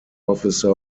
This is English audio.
officer